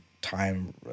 time